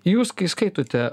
jūs kai skaitote